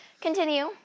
Continue